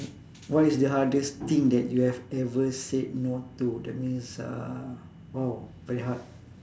what is the hardest thing that you have ever said no to that means uh !wow! very hard